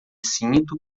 sinto